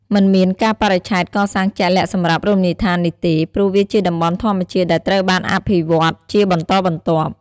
មិនមានកាលបរិច្ឆេទកសាងជាក់លាក់សម្រាប់រមណីយដ្ឋាននេះទេ ព្រោះវាជាតំបន់ធម្មជាតិដែលត្រូវបានអភិវឌ្ឍជាបន្តបន្ទាប់។